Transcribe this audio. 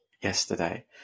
yesterday